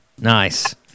nice